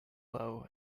low